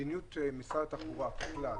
מדיניות משרד התחבורה ככלל,